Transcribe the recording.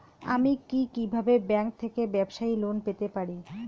আমি কি কিভাবে ব্যাংক থেকে ব্যবসায়ী লোন পেতে পারি?